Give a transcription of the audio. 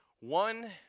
one